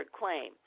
claim